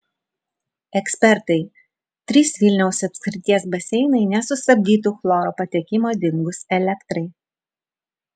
ekspertai trys vilniaus apskrities baseinai nesustabdytų chloro patekimo dingus elektrai